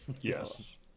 Yes